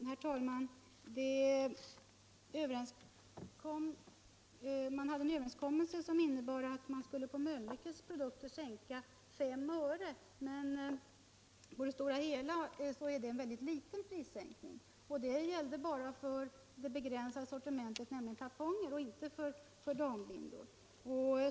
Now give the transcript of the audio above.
Herr talman! Man hade en överenskommelse som innebar att priset på Mölnlyckes produkter skulle sänkas med fem öre. Men i det stora hela är det en väldigt liten prissänkning —-och den gällde bara för ett begränsat sortiment, nämligen tamponger, och inte för dambindor.